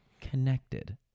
connected